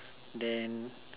then